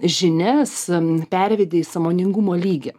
žinias am pervedi į sąmoningumo lygį